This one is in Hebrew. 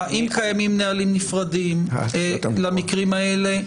האם קיימים נהלים נפרדים למקרים האלה?